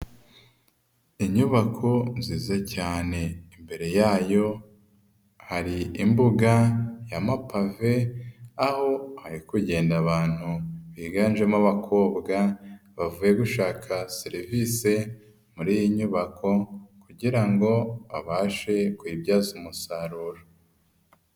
Inyubako nziza cyane, imbere yayo hari imbuga y'amapave aho hari kugenda abantu biganjemo abakobwa bavuye gushaka serivisi muri iyi nyubako kugira ngo babashe kuyibyaza umusaruro.